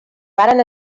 varen